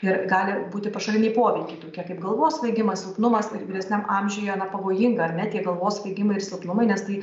ir gali būti pašaliniai poveikiai tokie kaip galvos svaigimas silpnumas ir vyresniam amžiuje na pavojinga ar ne tiek galvos svaigimai ar silpnumai nes tai